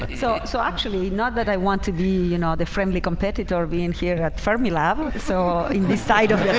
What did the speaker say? but so so actually not that i want to be, you know the friendly competitor being here at fermilab and so in this side of